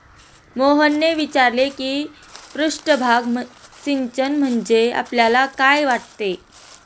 मोहनने विचारले की पृष्ठभाग सिंचन म्हणजे आपल्याला काय वाटते?